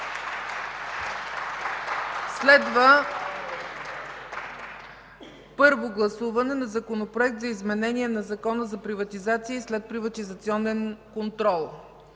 на първо гласуване Законопроект за изменение на Закона за приватизация и следприватизационен контрол,